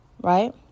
Right